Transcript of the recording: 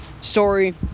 story